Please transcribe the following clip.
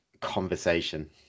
conversation